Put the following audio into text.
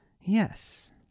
Yes